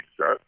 set